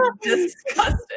disgusting